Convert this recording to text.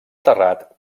terrat